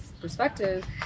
perspective